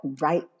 right